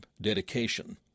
dedication